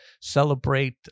celebrate